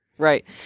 Right